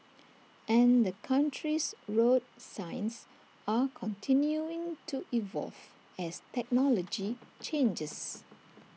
and the country's road signs are continuing to evolve as technology changes